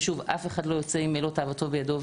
ושוב, אף אחד לא יוצא עם מלוא תאוותו בידו.